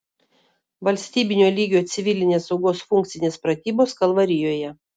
valstybinio lygio civilinės saugos funkcinės pratybos kalvarijoje